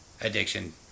addiction